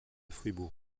fribourg